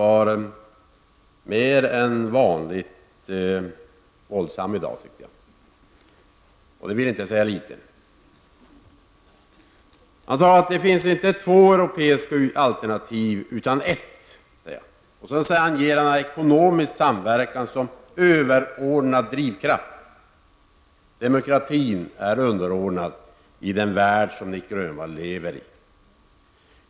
Nick Grönwall var mer än vanligt våldsam i dag. Det vill inte säga litet. Han sade att det inte finns två europeiska alternativ utan ett. Han anser ekonomisk samverkan som en överordnad drivkraft. Demokratin är underordnad i den värld som Nic Grönvall lever i.